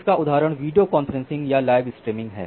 इस का उदाहरण वीडियो कॉन्फ्रेंसिंग या लाइव स्ट्रीमिंग है